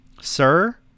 Sir